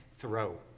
throw